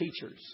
teachers